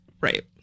Right